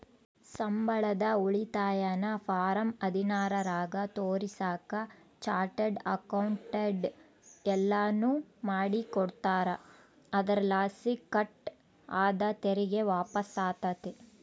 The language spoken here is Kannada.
ಸಂಬಳದ ಉಳಿತಾಯನ ಫಾರಂ ಹದಿನಾರರಾಗ ತೋರಿಸಾಕ ಚಾರ್ಟರ್ಡ್ ಅಕೌಂಟೆಂಟ್ ಎಲ್ಲನು ಮಾಡಿಕೊಡ್ತಾರ, ಅದರಲಾಸಿ ಕಟ್ ಆದ ತೆರಿಗೆ ವಾಪಸ್ಸಾತತೆ